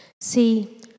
See